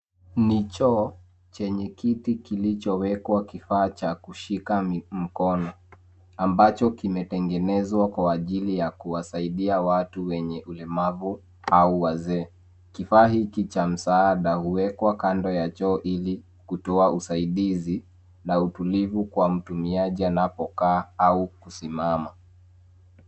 Ni choo chenye kiti kilichowekwa kifaa cha kushika mkono, ambacho kimetengenezwa kwa ajili ya kuwasaidia watu wenye ulemavu au wazee. Kifaa hiki cha msaada huwekwa kando ya choo ili kutoa usaidizi na utulivu kwa mtumiaji anapokaa au kusimama.